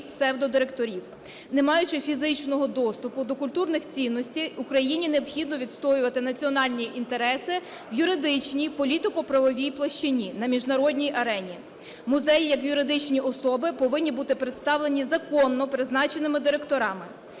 псевдодиректорів, не маючи фізичного доступу до культурних цінностей. Україні необхідно відстоювати національні інтереси в юридичній політико-правовій площині на міжнародній арені. Музеї як юридичні особи повинні бути представлені законно призначеними директорами.